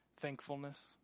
thankfulness